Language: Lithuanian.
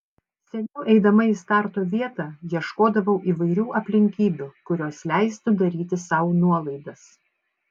seniau eidama į starto vietą ieškodavau įvairių aplinkybių kurios leistų daryti sau nuolaidas